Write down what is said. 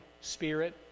spirit